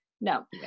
no